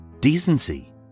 decency